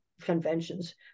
conventions